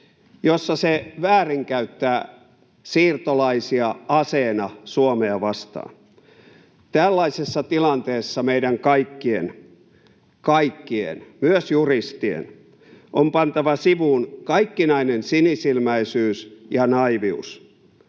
jossa se väärinkäyttää siirtolaisia aseena Suomea vastaan. Tällaisessa tilanteessa meidän kaikkien — kaikkien, myös juristien — on pantava sivuun kaikkinainen sinisilmäisyys ja naiivius.